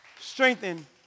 Strengthen